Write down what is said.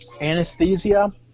Anesthesia